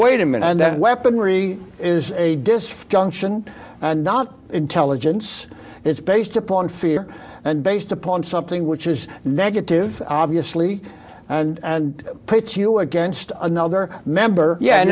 wait a minute and that weaponry is a dysfunction and not intelligence it's based upon fear and based upon something which is negative obviously and puts you against another member yeah and